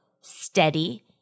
steady